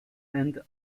and